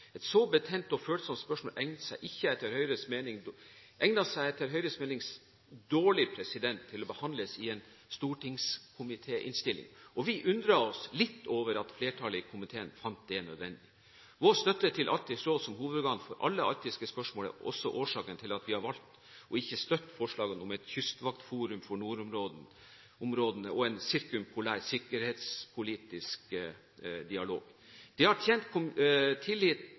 Et så betent og følsomt spørsmål egner seg etter Høyres mening dårlig til å behandles i en stortingskomitéinnstilling, og vi undrer oss litt over at flertallet i komiteen fant det nødvendig. Vår støtte til Arktisk råd som hovedorgan for alle arktiske spørsmål er også årsaken til at vi har valgt ikke å støtte forslagene om et kystvaktforum for nordområdene og en sirkumpolær sikkerhetspolitisk dialog. Det har tjent